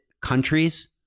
countries